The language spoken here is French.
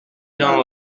gens